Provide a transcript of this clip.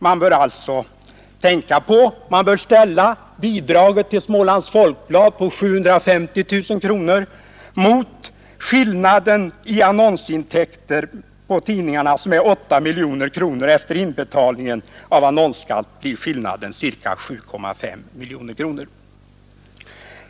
Man bör ställa bidraget till Smålands Folkblad på 750 000 kronor mot skillnaden i annonsintäkter på tidningarna i Jönköping, som är 8 miljoner kronor. Efter inbetalningen av annonsskatt blir den skillnaden ca 7,5 miljoner kronor.